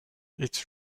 its